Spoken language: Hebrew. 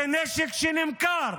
זה נשק שנמכר